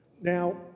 Now